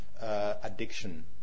addiction